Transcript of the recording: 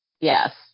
Yes